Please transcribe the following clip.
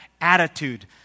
attitude